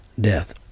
death